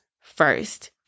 first